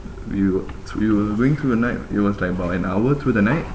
we were th~ we were going through the night it was like about an hour through the night